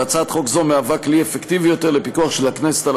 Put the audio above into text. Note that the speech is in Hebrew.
והצעת חוק זו מהווה כלי אפקטיבי יותר לפיקוח של הכנסת על